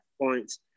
points